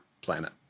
planet